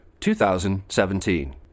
2017